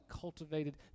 cultivated